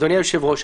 קושי.